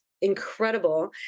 incredible